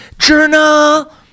journal